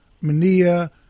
Mania